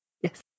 Yes